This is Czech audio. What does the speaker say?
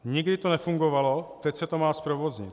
Nikdy to nefungovalo, teď se to má zprovoznit.